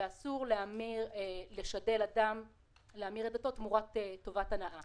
ואסור לשדל אדם להמיר את דתו תמורת טובת הנאה.